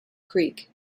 creek